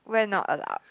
we're not allowed